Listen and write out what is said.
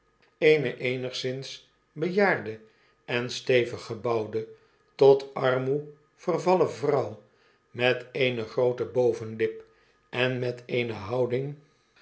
eene eenigszins bejaarde en stevig gebouwde tot armoe vervallen vrouw met eene groote bovenlip en met eene houding